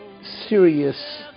serious